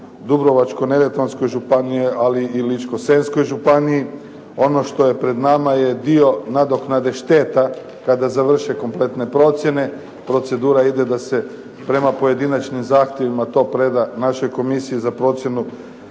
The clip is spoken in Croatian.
Dubrovačko-neretvanskoj županiji, ali i Ličko-senjskoj županiji. Ono što je pred nama je dio nadoknade šteta kada završe kompletne procjene. Procedura ide da se prema pojedinačnim zahtjevima to preda našoj Komisiji za procjenu